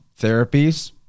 therapies